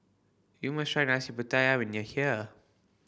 you must try Nasi Pattaya when you are here